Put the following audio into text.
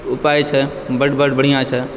उपाय छै बड बड बढ़िऑं छै